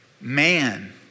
man